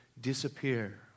disappear